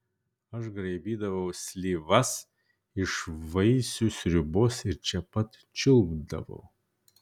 aš graibydavau slyvas iš vaisių sriubos ir čia pat čiulpdavau